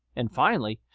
and finally,